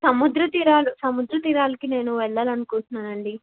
సముద్రతీరాలు సముద్రతీరాలకి నేను వెళ్ళాలని అనుకుంటున్నాను అండి